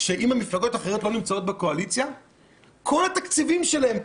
שאם המפלגות החרדיות לא נמצאות בקואליציה כל התקציבים שלהם,